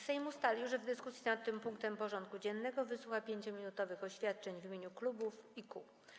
Sejm ustalił, że w dyskusji nad tym punktem porządku dziennego wysłucha 5-minutowych oświadczeń w imieniu klubów i kół.